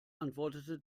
antwortete